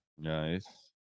Nice